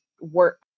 work